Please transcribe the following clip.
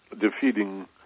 defeating